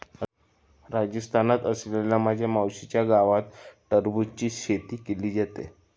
राजस्थानात असलेल्या माझ्या मावशीच्या गावात टरबूजची शेती केली जाते